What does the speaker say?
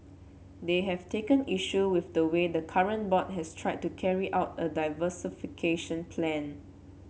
they have taken issue with the way the current board has tried to carry out a diversification plan